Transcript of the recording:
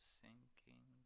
sinking